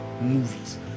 Movies